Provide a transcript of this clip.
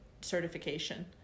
certification